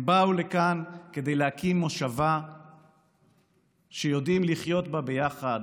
הם באו לכאן כדי להקים מושבה שיודעים לחיות בה ביחד